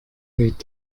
weht